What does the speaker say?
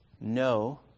no